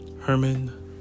Herman